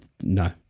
No